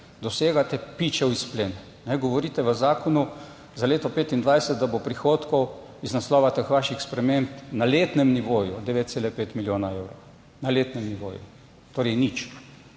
dosegate pičel izplen. Govorite v zakonu za leto 2025, da bo prihodkov iz naslova teh vaših sprememb na letnem nivoju 9,5 milijona evrov. Na letnem nivoju torej nič.